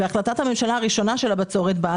והחלטת הממשלה הראשונה של הבצורת באה